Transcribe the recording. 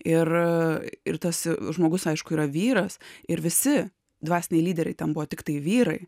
ir ir tas žmogus aišku yra vyras ir visi dvasiniai lyderiai ten buvo tiktai vyrai